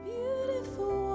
Beautiful